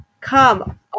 Come